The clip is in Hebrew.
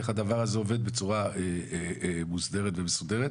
איך הדבר הזה עובד בצורה מוסדרת ומסודרת.